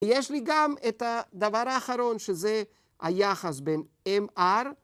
‫ויש לי גם את הדבר האחרון, ‫שזה היחס בין MR...